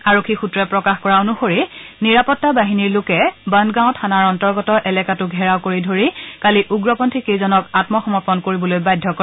আৰক্ষী সূত্ৰই প্ৰকাশ কৰা অনুসৰি নিৰাপত্তা বাহিনীৰ লোকে বন্দগাঁও থানাৰ অন্তৰ্গত এলেকাতো ঘেৰাও কৰি ধৰি কালি উগ্ৰপন্থী কেইজনক আন্মসমৰ্পন কৰিবলৈ বাধ্য কৰে